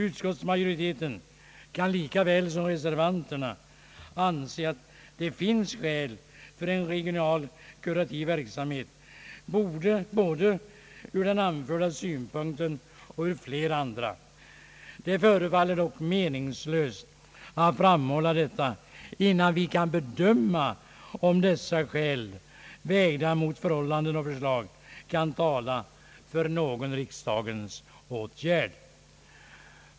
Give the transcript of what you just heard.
Utskottsmajoriteten kan lika väl som reservanterna anse att det finns skäl för en regional kurativ verksamhet, både ur den anförda synpunkten och ur flera andra. Det förefaller dock meningslöst att framhålla detta innan vi kan bedöma om dessa skäl, vägda mot andra förhållanden och förslag, kan tala för någon riksdagens åtgärd.